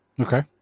Okay